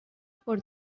por